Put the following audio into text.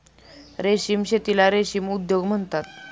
रेशीम शेतीला रेशीम उद्योग म्हणतात